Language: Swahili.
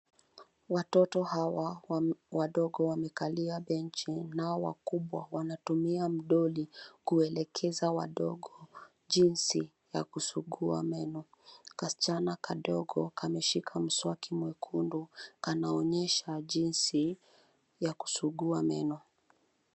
Watoto hawa wadogo wamekalia benchi nao wakubwa wanatumia mdoli kuelekeza wadogo jinsi ya kusugua meno. Kasichana kadogo kameshika mswaki mwekundu, kanaonyesha jinsi ya kusugua meno.